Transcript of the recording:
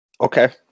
Okay